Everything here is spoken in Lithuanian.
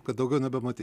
kad daugiau nebematyt